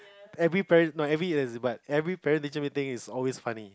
every parent not every year is but every parent teacher meeting is always funny